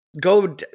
go